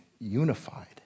unified